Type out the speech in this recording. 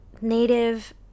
native